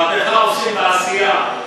מהפכה עושים בעשייה,